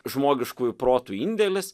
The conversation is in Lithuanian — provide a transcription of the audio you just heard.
žmogiškųjų protų indėlis